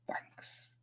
Thanks